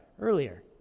earlier